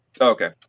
Okay